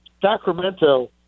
Sacramento